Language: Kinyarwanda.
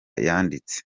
yanditse